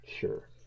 Sure